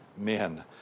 men